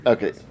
Okay